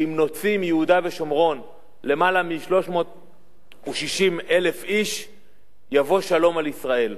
שאם נוציא מיהודה ושומרון למעלה מ-360,000 איש יבוא שלום על ישראל,